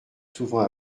souvent